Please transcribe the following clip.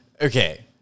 Okay